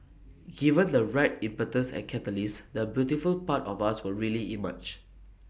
given the right impetus and catalyst the beautiful part of us will really emerge